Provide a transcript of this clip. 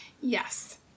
Yes